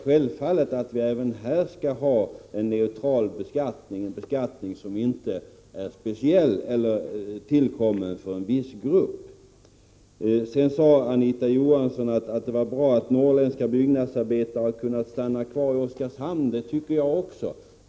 Självfallet skail vi även här ha en neutral beskattning, en beskattning som inte är tillkommen för att ge förmåner till en viss grupp. Sedan sade Anita Johansson att det är bra att norrländska byggnadsarbetare har kunnat stanna kvar i Oskarshamn. Det tycker också jag.